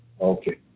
Okay